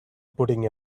putting